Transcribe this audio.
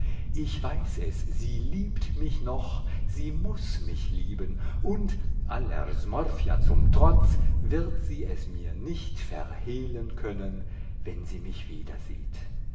ich weiß es sie liebt mich noch sie muß mich lieben und aller smorfia zum trotz wird sie es mir nicht verhehlen können wenn sie mich wiedersieht